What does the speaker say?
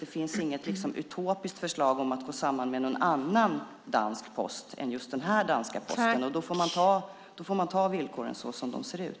Det finns liksom inget utopiskt förslag om att gå samman med någon annan dansk post än just den här danska Posten. Då får man ta villkoren som de ser ut.